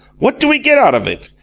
what do we get out of it?